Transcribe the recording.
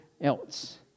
else